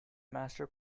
master